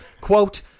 quote